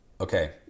Okay